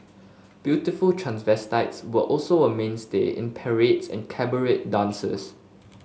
beautiful transvestites were also a mainstay in and cabaret dances